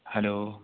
hello